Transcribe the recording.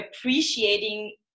appreciating